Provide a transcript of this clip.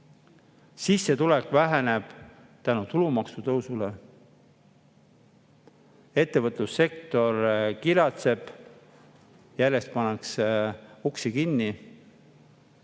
Sissetulek väheneb tulumaksu tõusu tõttu. Ettevõtlussektor kiratseb, järjest pannakse uksi kinni.